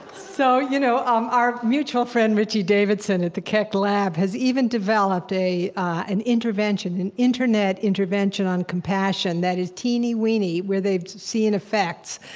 so you know um our mutual friend richie davidson at the keck lab, has even developed an intervention, an internet intervention on compassion that is teeny-weeny, where they've seen effects.